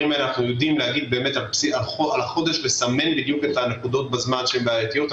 יודעים לסמן בדיוק את הנקודות הבעייתיות.